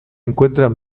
encuentran